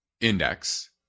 index